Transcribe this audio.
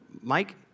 Mike